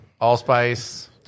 allspice